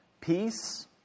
peace